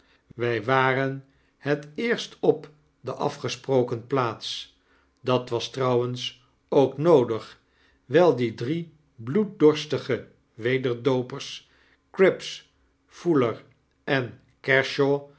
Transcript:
wq waren heteerstop de afgesproken plaats dat was trouwens ook noodig wgl die drie bloeddorstige wederdoopers cripps fouler en